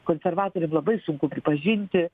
konservatoriam labai sunku pripažinti